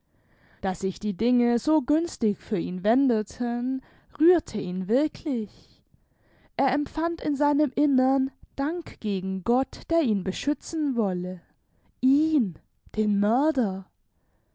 daß sich die dinge so günstig für ihn wendeten rührte ihn wirklich er empfand in seinem innern dank gegen gott der ihn beschützen wolle ihn den mörder